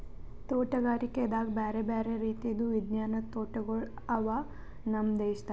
ತೋಟಗಾರಿಕೆದಾಗ್ ಬ್ಯಾರೆ ಬ್ಯಾರೆ ರೀತಿದು ವಿಜ್ಞಾನದ್ ತೋಟಗೊಳ್ ಅವಾ ನಮ್ ದೇಶದಾಗ್